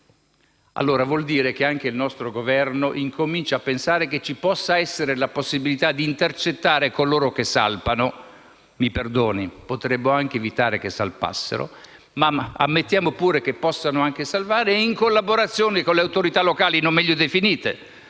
Ciò vuol dire che anche il nostro Governo comincia a pensare che ci possa essere la possibilità di intercettare coloro che salpano - mi perdoni: potremmo anche evitare che salpassero, ma ammettiamo pure che possano salpare - e, in collaborazione con le autorità locali (non meglio definite,